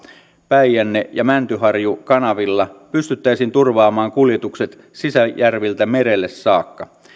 päijänne ja mäntyharju kanavilla pystyttäisiin turvaamaan kuljetukset sisäjärviltä merelle saakka